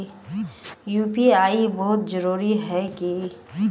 UPI बहुत जरूरी है की?